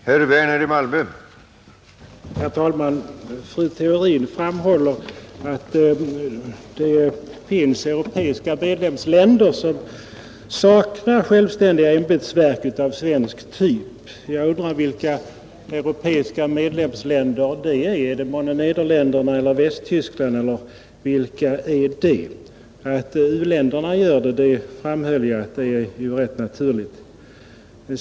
Herr talman! Fru Theorin framhåller att det finns europeiska medlemsländer som saknar självständiga ämbetsverk av svensk typ. Jag undrar vilka europeiska medlemsländer det är. Är det månne Nederländerna eller Västtyskland eller vilka är det? Att u-länderna gör det framhöll jag — det är ju rätt naturligt.